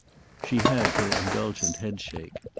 she had her indulgent headshake.